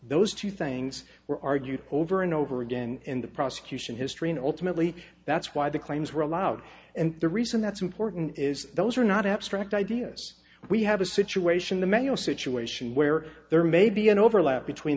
those two things were argued over and over again in the prosecution history and ultimately that's why the claims were allowed and the reason that's important is those are not abstract ideas we have a situation the mayo situation where there may be an overlap between